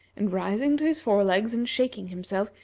and rising to his fore-legs and shaking himself,